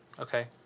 Okay